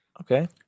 Okay